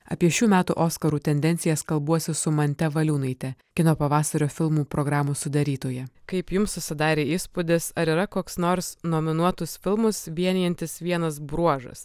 apie šių metų oskarų tendencijas kalbuosi su mante valiūnaite kino pavasario filmų programos sudarytoja kaip jums susidarė įspūdis ar yra koks nors nominuotus filmus vienijantis vienas bruožas